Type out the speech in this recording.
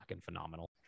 phenomenal